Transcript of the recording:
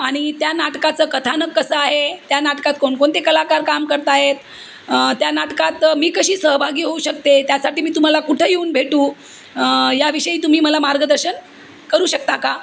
आणि त्या नाटकाचं कथानक कसं आहे त्या नाटकात कोणकोणते कलाकार काम करत आहेत त्या नाटकात मी कशी सहभागी होऊ शकते त्यासाठी मी तुम्हाला कुठं येऊन भेटू याविषयी तुम्ही मला मार्गदर्शन करू शकता का